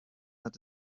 hat